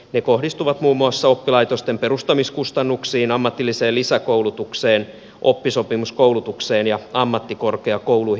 ne kohdistuvat muun muassa oppilaitosten perustamiskustannuksiin ammatilliseen lisäkoulutukseen oppisopimuskoulutukseen ja ammattikorkeakouluihin